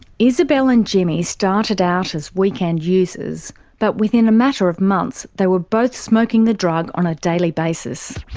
isabelle and jimmy started out as weekend users but within a matter of months they were both smoking the drug on a daily basis.